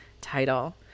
title